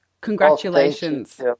congratulations